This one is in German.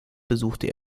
besuchte